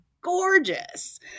gorgeous